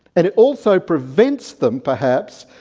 and it also prevents them, perhaps,